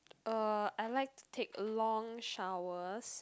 uh I like to take long showers